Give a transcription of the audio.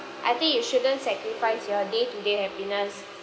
I think you shouldn't sacrifice your day to day happiness